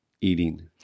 eating